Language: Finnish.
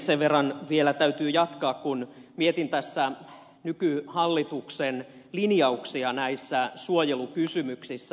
sen verran vielä täytyy jatkaa kun mietin tässä nykyhallituksen linjauksia näissä suojelukysymyksissä